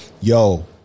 yo